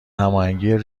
هماهنگی